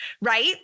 Right